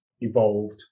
evolved